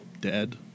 dead